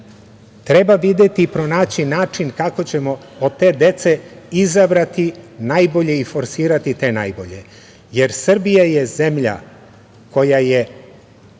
videti, pronaći način kako ćemo od te dece izabrati najbolje i forsirati te najbolje, jer Srbija je zemlja koja je